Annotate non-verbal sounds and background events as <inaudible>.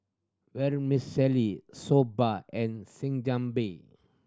Vermicelli Soba and <unintelligible>